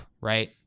right